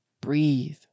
breathe